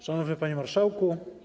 Szanowny Panie Marszałku!